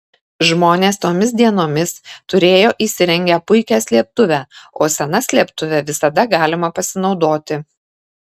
žmonės tomis dienomis turėjo įsirengę puikią slėptuvę o sena slėptuve visada galima pasinaudoti